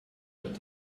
but